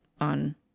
on